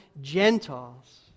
Gentiles